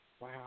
Wow